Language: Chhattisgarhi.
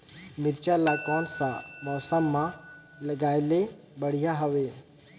मिरचा ला कोन सा मौसम मां लगाय ले बढ़िया हवे